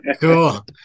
Cool